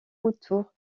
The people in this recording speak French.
autour